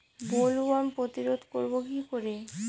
Bollworm প্রতিরোধ করব কি করে?